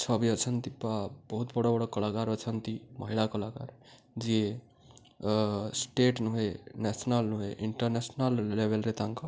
ଛବି ଅଛନ୍ତି ବା ବହୁତ ବଡ଼ ବଡ଼ କଳାକାର ଅଛନ୍ତି ମହିଳା କଳାକାର ଯିଏ ଷ୍ଟେଟ୍ ନୁହେଁ ନ୍ୟାସନାଲ୍ ନୁହେଁ ଇଣ୍ଟରନ୍ୟାସନାଲ୍ ଲେଭେଲ୍ରେ ତାଙ୍କ